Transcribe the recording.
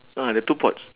ah the two pots